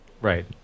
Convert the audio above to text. Right